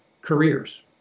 careers